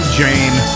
jane